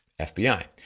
FBI